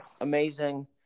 amazing